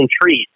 treat